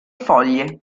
foglie